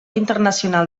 internacional